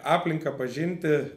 aplinką pažinti